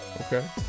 okay